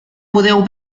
podeu